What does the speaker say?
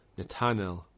Netanel